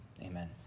amen